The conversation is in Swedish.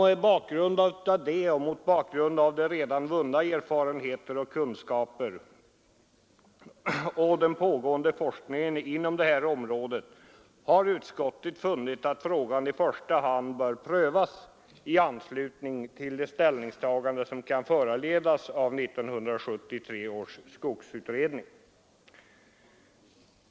Med tanke på detta och mot bakgrund av redan vunna erfarenheter och kunskaper liksom av pågående forskning inom det här området har utskottet funnit att frågan i första hand bör prövas i anslutning till det ställningstagande som kan föranledas av 1973 års skogsutredning.